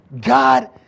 God